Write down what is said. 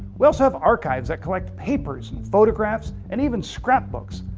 we also have archives that collect papers and photographs and even scrapbooks.